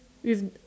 with